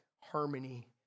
harmony